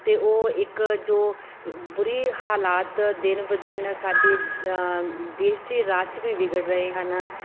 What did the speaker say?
ਅਤੇ ਉਹ ਇੱਕ ਜੋ ਬੁਰੇ ਹਾਲਾਤ ਦਿਨ ਬ ਦਿਨ ਸਾਡੇ ਦੇਸ਼ 'ਚ ਰਾਜ 'ਚ ਵੀ ਵਿਗੜ ਰਹੇ ਹਨ